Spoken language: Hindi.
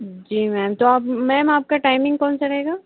जी मैम तो अब मैम आपका टाइमिंग कौन सा रहेगा